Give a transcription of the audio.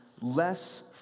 less